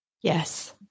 Yes